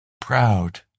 Proud